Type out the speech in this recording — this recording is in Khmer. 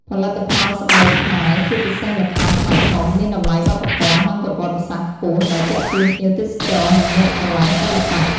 ផលិតផលស្បែកខ្មែរ ជាពិសេសល្ខោនស្បែកធំ មានតម្លៃវប្បធម៌ និងប្រវត្តិសាស្ត្រខ្ពស់ ដែលទាក់ទាញភ្ញៀវទេសចរ និងអ្នកស្រឡាញ់សិល្បៈ។